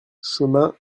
chemin